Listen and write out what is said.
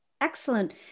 Excellent